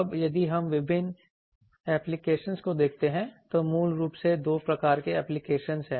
अब यदि हम विभिन्न एप्लीकेशनस को देखते हैं तो मूल रूप से दो प्रकार के एप्लीकेशनस हैं